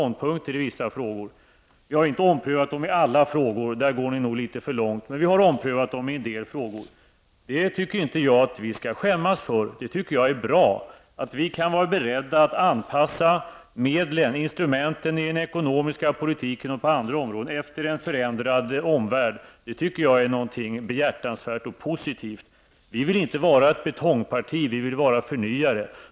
Ni går nog litet för långt när ni säger att vi har omprövat våra ståndpunkter i alla frågor, för det gäller bara en del frågor. Jag tycker inte att det är någonting att skämmas över. Det är bra att vi är beredda att anpassa instrumenten i den ekonomiska politiken och på andra områden efter en förändrad omvärld. Det är behjärtansvärt och positivt. Vi vill inte vara ett betongparti, utan vi vill vara förnyare.